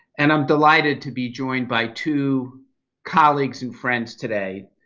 and i'm delighted to be joined by two colleagues and friends today.